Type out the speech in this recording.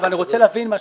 אבל אני רוצה להבין משהו,